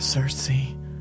Cersei